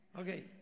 Okay